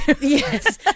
Yes